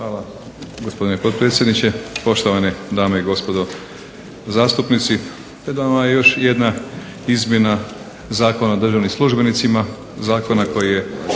Hvala gospodine potpredsjedniče, poštovane dame i gospodo zastupnici. Pred vama je još jedna izmjena Zakona o državnim službenicima, zakona koji je